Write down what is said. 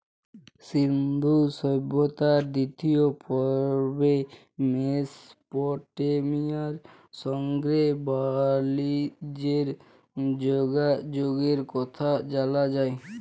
সিল্ধু সভ্যতার দিতিয় পর্বে মেসপটেমিয়ার সংগে বালিজ্যের যগাযগের কথা জালা যায়